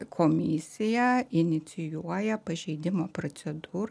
komisija inicijuoja pažeidimo procedūr